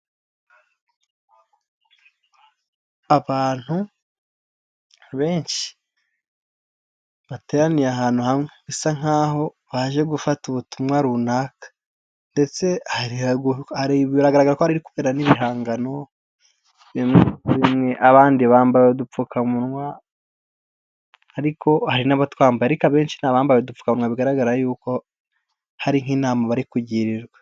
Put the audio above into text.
Abantu benshi, bateraniye ahantu hamwe bisa nk'aho baje gufata ubutumwa runaka, ndetse biragaragara ko hari kubera nk'ibihangano bimwe na bimwe, abandi bambaye udupfukamunwa ariko hari n'abatatwambaye ariko abenshishi ni abambaye udupfukamunwa bigaragara yuko hari nk'inama bari kugirwa.